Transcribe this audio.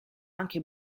anche